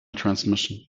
transmission